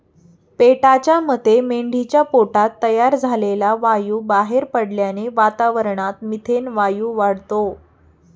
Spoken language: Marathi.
पेटाच्या मते मेंढीच्या पोटात तयार झालेला वायू बाहेर पडल्याने वातावरणात मिथेन वायू वाढतो